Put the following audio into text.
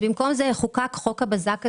במקום זה חוקק חוק הבזק הזה.